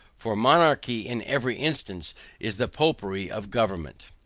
for monarchy in every instance is the popery of government.